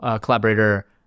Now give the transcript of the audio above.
collaborator